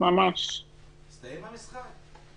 הסתיים המשחק.